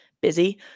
busy